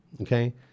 okay